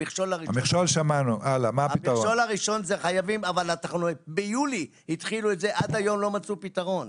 המכשול הראשון זה ביולי עד היום לא מצאו פתרון,